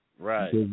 Right